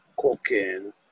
cocaine